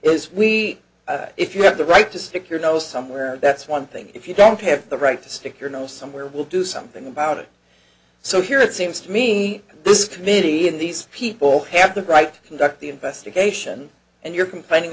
is we if you have the right to stick your nose somewhere that's one thing if you don't have the right to stick your nose somewhere will do something about it so here it seems to me this committee in these people have the right conduct the investigation and you're complaining